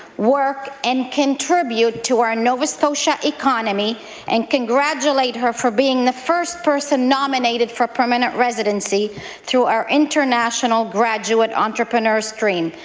work, and contribute to our nova scotia economy and congratulate her for being the first person nominated for permanent residency through our international graduate entrepreneur stream.